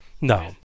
no